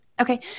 Okay